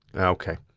okay.